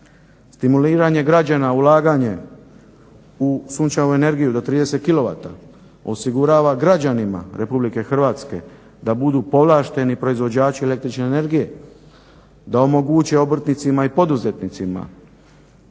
Stimuliranje građana, ulaganje u sunčevu energiju do 30 kilovata, osigurava građanima Republike Hrvatske da budu povlašteni proizvođači električne energije. Da omoguće obrtnicima i poduzetnicima,